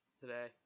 today